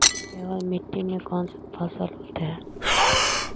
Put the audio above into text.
केवल मिट्टी में कौन से फसल होतै?